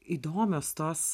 įdomios tos